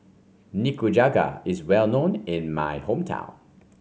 Nikujaga is well known in my hometown